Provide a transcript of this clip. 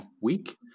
week